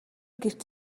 гэрт